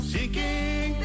Seeking